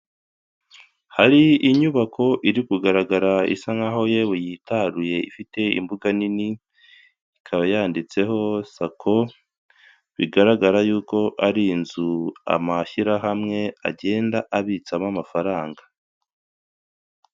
Hari inyubako iri kugaragara isa nk'aho yewe yitaruye ifite imbuga nini, ikaba yanditseho sako bigaragara y'uko ari inzu amashyirahamwe agenda abitsamo amafaranga.